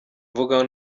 mvuga